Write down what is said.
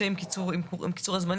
עם קיצור הזמנים.